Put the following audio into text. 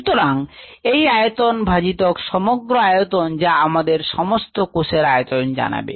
সুতরাং এই আয়তন বাই সমগ্র আয়তন যা আমাদের সমস্ত কোষের আয়তন জানাবে